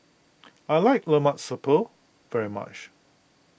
I like Lemak Siput very much